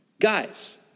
Guys